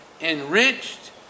enriched